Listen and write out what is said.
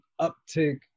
uptick